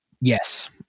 Yes